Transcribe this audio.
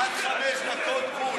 עד חמש דקות בול.